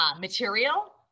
material